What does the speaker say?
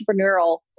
Entrepreneurial